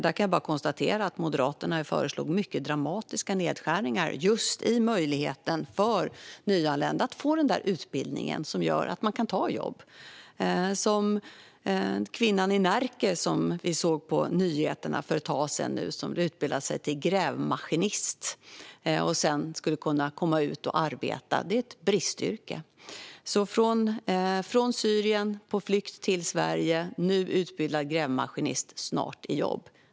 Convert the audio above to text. Där kan jag bara konstatera att Moderaterna föreslog mycket dramatiska nedskärningar just när det gäller möjligheterna för nyanlända att få den utbildning som gör att de kan ta ett jobb. Vi såg till exempel i nyheterna för ett tag sedan en kvinna i Närke som utbildade sig till grävmaskinist, som är ett bristyrke, för att sedan kunna komma ut och arbeta. Hon har alltså flytt från Syrien till Sverige, utbildar sig till grävmaskinist och är snart i jobb.